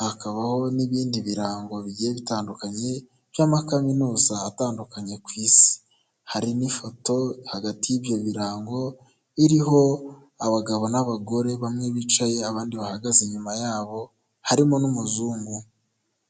hakabaho n'ibindi birango bigiye bitandukanye by'amakaminuza atandukanye ku'Isi, hari n'ifoto hagati y'ibyo birango iriho abagabo n'abagore bamwe bicaye abandi bahagaze inyuma yabo, harimo n'umuzungu.